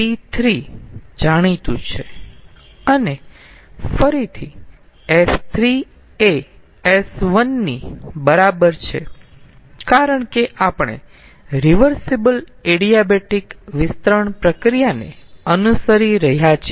તેથી p3 જાણીતું છે અને ફરીથી s3 એ s1 ની બરાબર છે કારણ કે આપણે રીવર્સીબલ એડિયાબેટીક વિસ્તરણ પ્રક્રિયાને અનુસરી રહ્યા છીએ